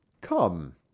Come